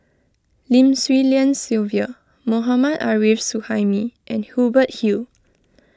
Lim Swee Lian Sylvia Mohammad Arif Suhaimi and Hubert Hill